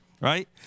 Right